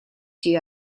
she